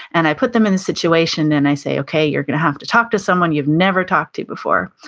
and i put them in the situation and i say, okay, you're gonna have to talk to someone you've never talked to before.